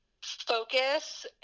focus